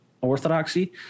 orthodoxy